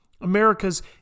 America's